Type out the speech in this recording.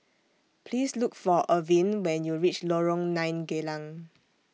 Please Look For Irvine when YOU REACH Lorong nine Geylang